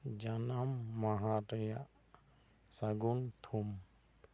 ᱡᱟᱱᱟᱢ ᱢᱟᱦᱟ ᱨᱮᱭᱟᱜ ᱥᱟᱹᱜᱩᱱ ᱛᱷᱩᱢ